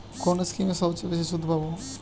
কোন স্কিমে সবচেয়ে বেশি সুদ পাব?